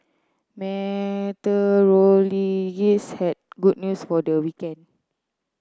meteorologists had good news for the weekend